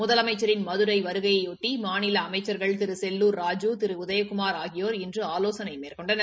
முதலமைச்சின் மதுரை வருகையையொட்டி மாநில அமைச்சிகள் திரு செல்லூர் ராஜூ திரு உதயகுமார் ஆகியோர் இன்று ஆலோசனை மேற்கொண்டனர்